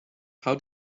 how